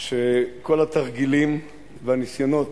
שכל התרגילים והניסיונות,